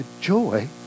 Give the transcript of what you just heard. joy